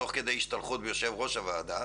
תוך כדי השתלחות ביושב-ראש הוועדה,